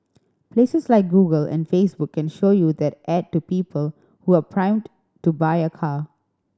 places like Google and Facebook can show you that ad to people who are primed to buy a car